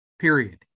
period